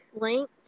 link